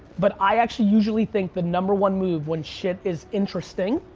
but i actually usually think the number one move when shit is interesting,